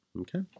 Okay